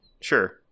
Sure